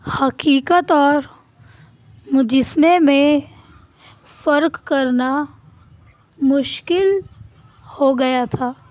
حقیقت اور مجسمے میں فرق کرنا مشکل ہو گیا تھا